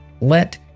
let